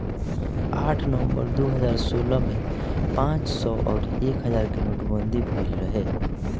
आठ नवंबर दू हजार सोलह में पांच सौ अउरी एक हजार के नोटबंदी भईल रहे